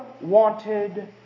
wanted